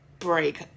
break